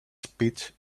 speech